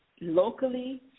locally